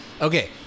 Okay